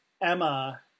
Emma